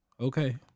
okay